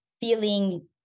feeling